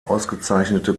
ausgezeichnete